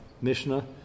Mishnah